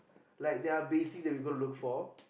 like they are basic that we gonna look for